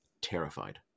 Terrified